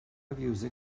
fiwsig